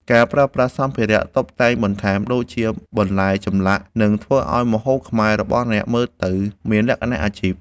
ការប្រើប្រាស់សម្ភារៈតុបតែងបន្ថែមដូចជា បន្លែចម្លាក់ នឹងធ្វើឱ្យម្ហូបខ្មែររបស់អ្នកមើលទៅមានលក្ខណៈអាជីព។